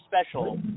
special